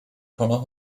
connor